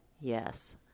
Yes